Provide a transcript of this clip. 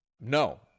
No